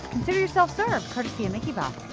consider yourself served, cutesy of mickey bob.